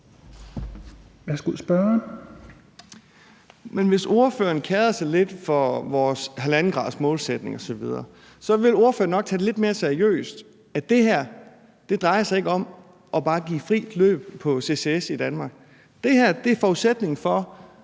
hvis ordføreren kerede sig lidt om vores 1,5-gradersmålsætning osv., så ville ordføreren nok tage det lidt mere seriøst, at det her ikke drejer sig om bare at give frit løb for CCS i Danmark. Det her er forudsætningen for,